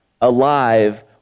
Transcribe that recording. alive